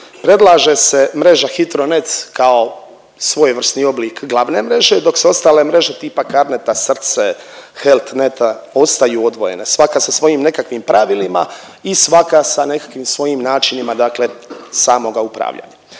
predlaže se mreža HITRO net kao svojevrsni oblik glavne mreže, dok se ostale mreže tipa CARNET-a, SRCE, HEALT NET-a ostaju odvojene svaka sa svojim nekakvim pravilima i svaka sa nekakvim svojim načinima, dakle samoga upravljanja.